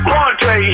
Monte